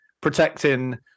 protecting